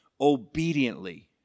obediently